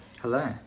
Hello